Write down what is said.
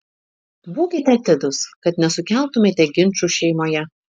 būkite atidūs kad nesukeltumėte ginčų šeimoje